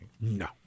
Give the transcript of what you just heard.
No